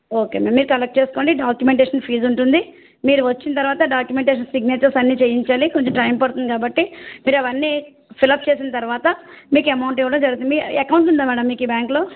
okay ma'am మీరు collect చేసుకోండి documentation fee ఉంటుంది మీరు వచ్చిన తరువాత డాక్యుమెంటేషన్ సిగ్నేచర్స్ అన్నీ చేయించాలి కొంచెం టైం పడుతుంది కాబట్టి మీరు అవన్నీ ఫిలప్ చేసిన తరువాత మీకు అమౌంట్ ఇవ్వడం జరుగుతుంది మీకు అకౌంట్ ఉందా మేడం ఈ బ్యాంకులో